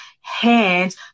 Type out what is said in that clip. hands